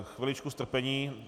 Chviličku strpení.